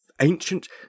ancient